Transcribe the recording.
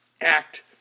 act